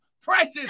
precious